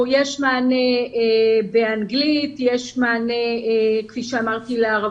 יש מענה באנגלית, יש מענה בערבית,